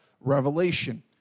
Revelation